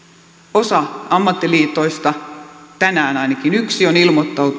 osa ammattiliitoista tänään ainakin yksi on ilmoittanut